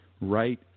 right